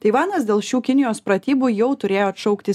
taivanas dėl šių kinijos pratybų jau turėjo atšaukti